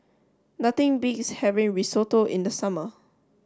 nothing beats having Risotto in the summer